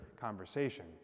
conversation